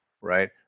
right